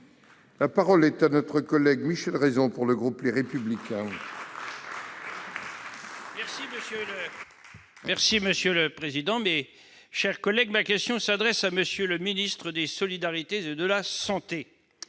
La parole est à M. Michel Raison, pour le groupe Les Républicains.